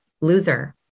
Loser